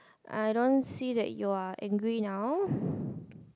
I don't see that you are angry now